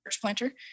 planter